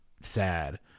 sad